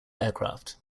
aircraft